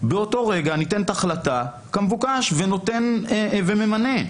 באותו רגע ניתנת החלטה כמבוקש והוא ממנה.